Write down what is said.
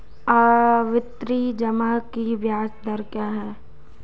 आवर्ती जमा की ब्याज दर क्या है?